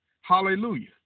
Hallelujah